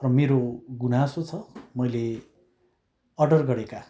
र मेरो गुनासो छ मैले अर्डर गरेका